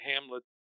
hamlet